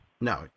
No